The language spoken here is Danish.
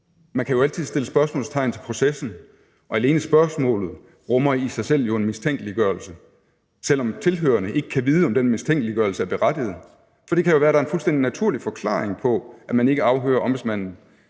Man kan jo altid sætte spørgsmålstegn ved processen, og alene spørgsmålet rummer jo i sig selv en mistænkeliggørelse, selv om tilhørerne ikke kan vide, om den mistænkeliggørelse er berettiget. For det kan jo være, der er en fuldstændig naturlig forklaring på, at man ikke afhører ombudsmanden,